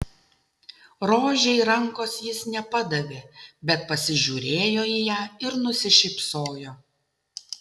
rožei rankos jis nepadavė bet pasižiūrėjo į ją ir nusišypsojo